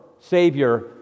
Savior